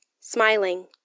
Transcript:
smiling